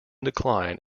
decline